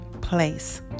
place